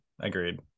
Agreed